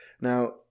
Now